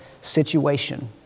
situation